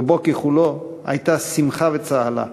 רובו ככולו, הייתה שמחה וצהלה,